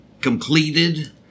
completed